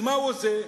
אז מה הוא עושה?